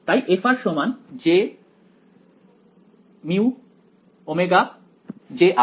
তাই f jωμJ